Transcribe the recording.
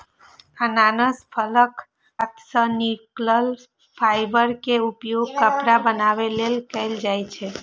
अनानास फलक पात सं निकलल फाइबर के उपयोग कपड़ा बनाबै लेल कैल जाइ छै